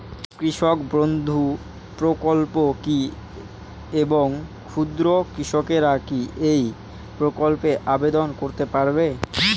কৃষক বন্ধু প্রকল্প কী এবং ক্ষুদ্র কৃষকেরা কী এই প্রকল্পে আবেদন করতে পারবে?